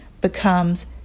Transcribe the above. becomes